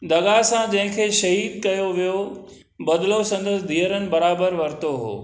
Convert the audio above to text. दग़ा सां जंहिंखे शहीद कयो वियो बदिलो संदसि धीअरुनि बराबरि वरितो हो